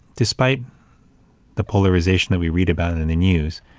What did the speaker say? despite the polarization that we read about in the news,